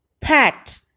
Pat